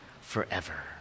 forever